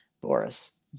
Boris